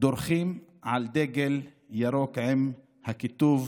דורכים על דגל ירוק עם הכיתוב